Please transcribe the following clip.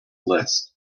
list